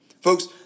Folks